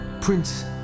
Prince